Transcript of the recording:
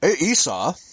Esau